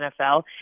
NFL